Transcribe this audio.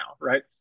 right